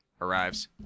arrives